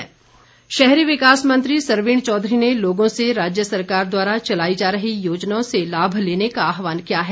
सरवीण शहरी विकास मंत्री सरवीण चौधरी ने लोगों से राज्य सरकार द्वारा चलाई जा रही योजनाओं से लाभ लेने का आहवान किया है